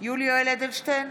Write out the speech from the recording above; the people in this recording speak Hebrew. יולי יואל אדלשטיין,